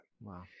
wow